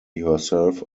herself